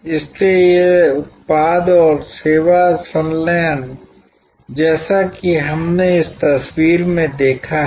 इसलिए यह उत्पाद और सेवा संलयन जैसा कि हमने इस तस्वीर में देखा है